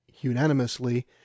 unanimously